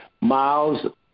Miles